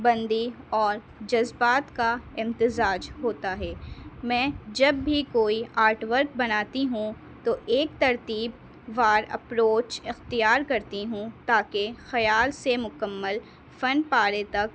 بندی اور جذبات کا امتزاج ہوتا ہے میں جب بھی کوئی آرٹ ورک بناتی ہوں تو ایک ترتیب وار اپروچ اختیار کرتی ہوں تاکہ خیال سے مکمل فن پارے تک